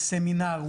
סמינר,